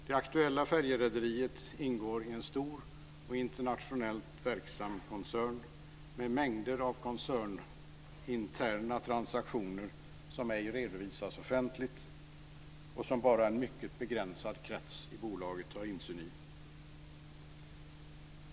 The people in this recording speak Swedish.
Det aktuella färjerederiet ingår i en stor och internationellt verksam koncern med mängder av koncerninterna transaktioner som ej redovisas offentligt och som bara en mycket begränsad krets i bolaget har insyn i.